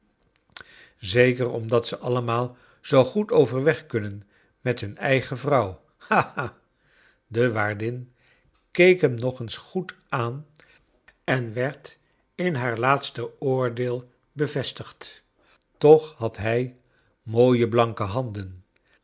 zeker omdat ze allemaal zoo goed overweg kunnen met hun eigen vrouw haha de waardin keek hem nog eens goed aan en werd in haar laatste oordeel bevestigd toch had hij mooie blanke handen